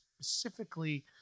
specifically